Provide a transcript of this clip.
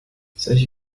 solche